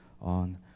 on